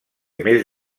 més